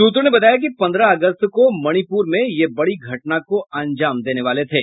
सूत्रों ने बताया कि पंद्रह अगस्त को मणिपुर में ये बड़ी घटना को अंजाम देने वाले थे